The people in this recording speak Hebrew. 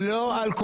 תדע לך,